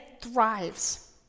thrives